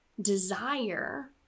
desire